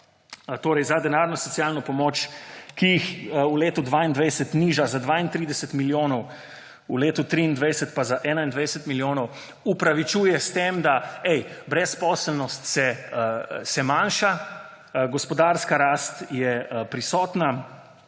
za denarno socialno pomoč v letu 2022 niža za 32 milijonov, v letu 2023 pa za 21 milijonov, opravičuje s tem: »Ej, brezposelnost se manjša, gospodarska rast je prisotna.«